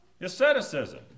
Asceticism